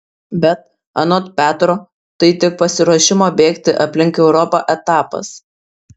bet anot petro tai tik pasiruošimo bėgti aplink europą etapas